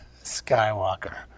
Skywalker